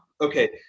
Okay